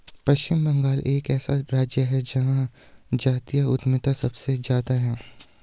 पश्चिम बंगाल एक ऐसा राज्य है जहां जातीय उद्यमिता सबसे ज्यादा हैं